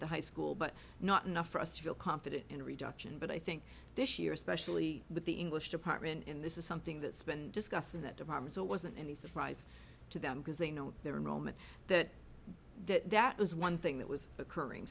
the high school but not enough for us to feel confident in reduction but i think this year especially with the english department in this is something that's been discussed in that department so it wasn't any surprise to them because they know there were moments that that that was one thing that was occurring